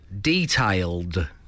detailed